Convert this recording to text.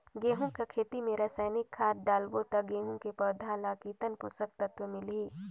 गंहू के खेती मां रसायनिक खाद डालबो ता गंहू के पौधा ला कितन पोषक तत्व मिलही?